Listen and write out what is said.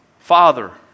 Father